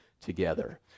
together